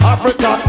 Africa